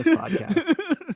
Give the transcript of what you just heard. podcast